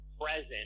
present